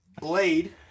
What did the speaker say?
Blade